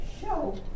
show